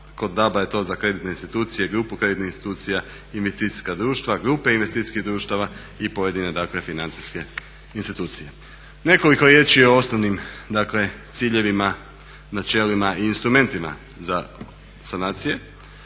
kod DAB-a je to za kreditne institucije i grupu kreditnih institucija, investicijska društva, grupe investicijskih društava i pojedine dakle financijske institucije. Nekoliko riječi o osnovnim dakle ciljevima, načelima i instrumentima za sanacije.